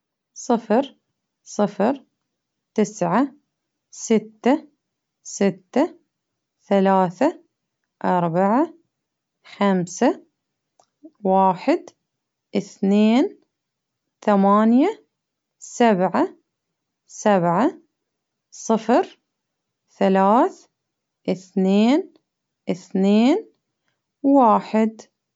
صفر صفر تسعة ستة ستة ثلاثة أربعة خمسة واحد إثنين ثمانية سبعة سبعة صفر ثلاث إثنين إثنين واحد.